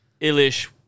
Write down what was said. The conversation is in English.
ilish